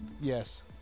Yes